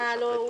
להקריא?